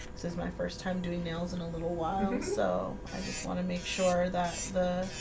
this is my first time doing nails in a little while. so i just want to make sure that's the